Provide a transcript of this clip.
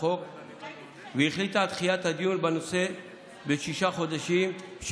החוק והחליטה על דחיית הדיון בנושא בשישה חודשים.